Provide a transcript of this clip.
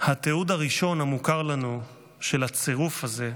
התיעוד הראשון המוכר לנו של הצירוף הזה,